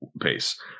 pace